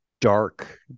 dark